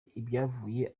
ibyavuyemo